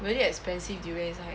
really expensive durians it's like